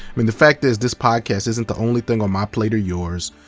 mean, the fact is this podcast isn't the only thing on my plate or yours.